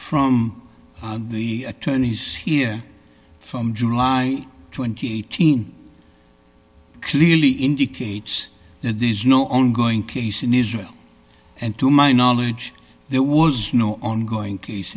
from the attorneys here from july twenty teen clearly indicates that there is no ongoing case in israel and to my knowledge there was no ongoing case